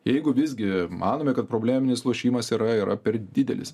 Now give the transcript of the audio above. jeigu visgi manome kad probleminis lošimas yra yra per didelis